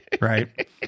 right